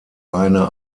eine